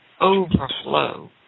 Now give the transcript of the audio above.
Overflow